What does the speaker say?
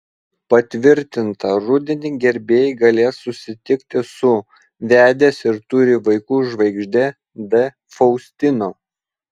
patvirtinta rudenį gerbėjai galės susitikti su vedęs ir turi vaikų žvaigžde d faustino